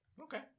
Okay